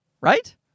Right